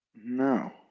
No